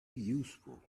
useful